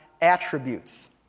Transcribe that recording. attributes